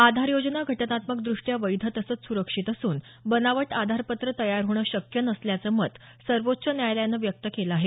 आधार योजना घटनात्मक दृष्ट्या वैध तसंच स्रक्षित असून बनावट आधारपत्र तयार होणं शक्य नसल्याचं मत सर्वोच्च न्यायालयानं व्यक्त केलं आहे